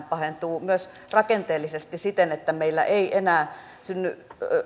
pahentuu myös rakenteellisesti siten että meillä ei enää synny